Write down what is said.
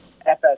FS